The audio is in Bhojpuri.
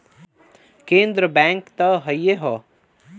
केन्द्र बैंक त हइए हौ